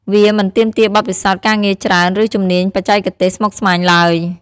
វាមិនទាមទារបទពិសោធន៍ការងារច្រើន ឬជំនាញបច្ចេកទេសស្មុគស្មាញឡើយ។